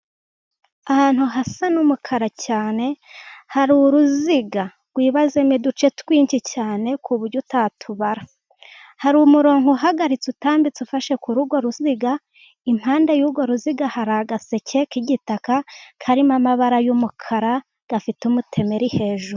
Ahantu hasa n'umukara cyane hari uruziga rwibazemo uduce twinshi cyane ku buryo utatubara. Hari umurongo uhagaritse utambitse ufashe ku rugo ruziga, impande y'urwo ruziga hari agaseke k'igitaka karimo amabara y'umukara gafite umutemeri hejuru.